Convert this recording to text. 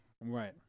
right